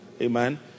Amen